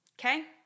Okay